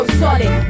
solid